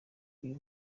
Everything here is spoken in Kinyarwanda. uyu